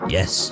Yes